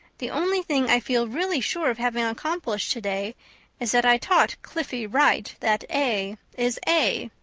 the only thing i feel really sure of having accomplished today is that i taught cliffie wright that a is a.